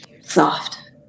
Soft